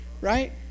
right